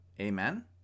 Amen